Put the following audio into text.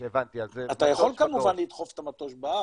אתה יכול כמובן לדחוף את המטוש באף,